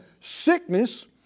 Sickness